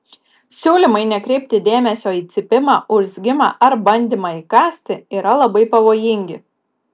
siūlymai nekreipti dėmesio į cypimą urzgimą ar bandymą įkąsti yra labai pavojingi